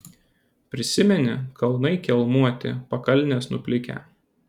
prisimeni kalnai kelmuoti pakalnės nuplikę